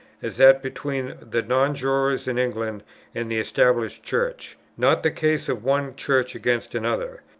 as that between the non-jurors in england and the established church not the case of one church against another,